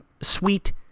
sweet